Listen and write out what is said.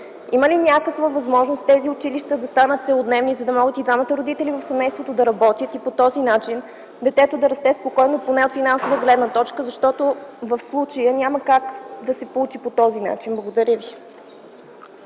Има ли някаква възможност тези училища да станат целодневни, за да могат и двамата родители в семейството да работят, и така детето да расте спокойно поне от финансова гледна точка, защото в случая няма как да се получи по този начин? Благодаря Ви.